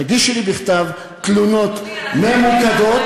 תגישי לי בכתב תלונות ממוקדות,